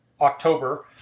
October